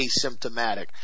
asymptomatic